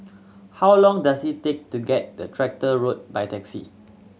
how long does it take to get the Tractor Road by taxi